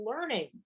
learning